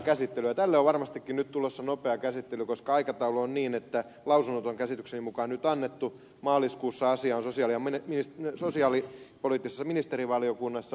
tälle on varmastikin nyt tulossa nopea käsittely koska aikataulu on sellainen että lausunnot on käsitykseni mukaan nyt annettu maaliskuussa asia on sosiaalipoliittisessa ministerivaliokunnassa